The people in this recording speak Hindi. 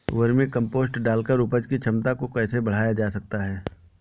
वर्मी कम्पोस्ट डालकर उपज की क्षमता को कैसे बढ़ाया जा सकता है?